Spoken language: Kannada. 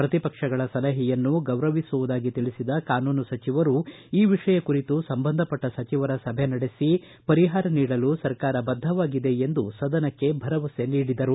ಪ್ರತಿಪಕ್ಷಗಳ ಸಲಹೆಯನ್ನು ಗೌರವಿಸುವುದಾಗಿ ತಿಳಿಸಿದ ಕಾನೂನು ಸಚಿವರು ಈ ವಿಷಯ ಕುರಿತು ಸಂಬಂಧಪಟ್ಟ ಸಚಿವರ ಸಭೆ ಮಾಡಿ ಪರಿಹಾರ ನೀಡಲು ಸರ್ಕಾರ ಬದ್ದವಾಗಿದೆ ಎಂದು ಸದನಕ್ಕೆ ಭರವಸೆ ನೀಡಿದರು